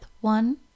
one